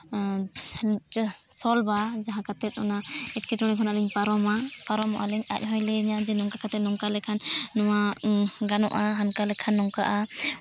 ᱥᱚᱞᱵᱷᱼᱟ ᱡᱟᱦᱟᱸ ᱠᱟᱛᱮᱫ ᱚᱱᱟ ᱮᱸᱴᱠᱮᱴᱚᱬᱮ ᱠᱷᱚᱱᱟᱜ ᱞᱤᱧ ᱯᱟᱨᱚᱢᱟ ᱯᱟᱨᱚᱢᱚᱜᱼᱟ ᱞᱤᱧ ᱟᱡ ᱦᱚᱸᱭ ᱞᱟᱹᱭ ᱤᱧᱟᱹ ᱡᱮ ᱱᱚᱝᱠᱟ ᱠᱟᱛᱮᱫ ᱱᱚᱝᱠᱟ ᱞᱮᱠᱷᱟᱱ ᱱᱚᱣᱟ ᱜᱟᱱᱚᱜᱼᱟ ᱦᱟᱱᱠᱟ ᱞᱮᱠᱷᱟᱱ ᱚᱱᱠᱟᱜᱼᱟ